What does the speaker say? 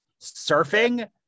surfing